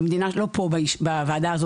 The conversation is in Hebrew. לא פה בוועדה,